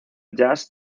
jazz